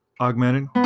augmented